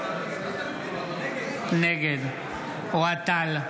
נגד אוהד טל,